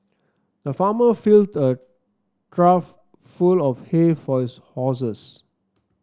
the farmer filled a trough full of hay for his horses